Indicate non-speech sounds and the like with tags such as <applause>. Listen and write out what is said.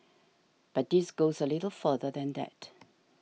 but this goes a little further than that <noise>